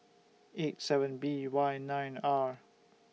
eight seven B Y nine R